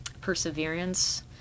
perseverance